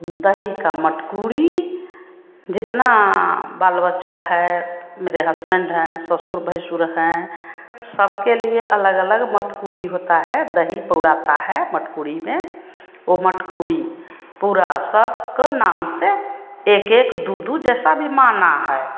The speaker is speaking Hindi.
दही की मटकूरी जितना बाल बच्चा है मेरे हसबैन्ड हैं ससुर भैंसुर हैं सबके लिए अलग अलग मटकूरी होती है दही पौराता है मटकूरी में वह मटकूरी सबके नाम से एक एक दो दो जैसा भी माना है